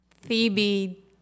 Phoebe